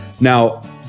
Now